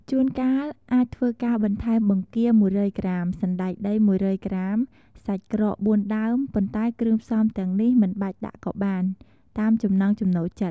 ជួនកាលអាចធ្វើការបន្ថែម បង្គា ១០០ក្រាម សណ្ដែកដី ១០០ក្រាម សាច់ក្រក ៤ដើម ប៉ុន្តែគ្រឿងផ្សំទាំងនេះមិនបាច់ដាក់ក៏បាន តាមចំណង់ចំណូលចិត្ត។